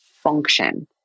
function